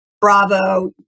Bravo